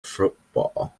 football